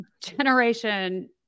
generation